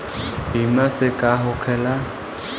बीमा से का होखेला?